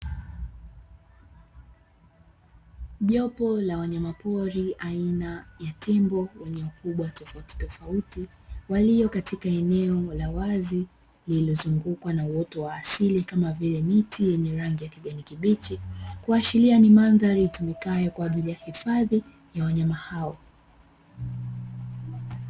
Jopo la wanyamapori aina ya tembo wenye ukubwa tofautitofauti, walio katika eneo la wazi, lililozungukwa na uoto wa asili, kama vile miti yenye rangi ya kijani kibichi. Kuashiria ni mandhari itumikayo kama hifadhi ya wanyama hao.